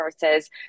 versus